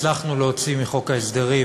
הצלחנו להוציא מחוק ההסדרים